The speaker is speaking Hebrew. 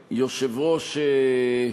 יושב-ראש,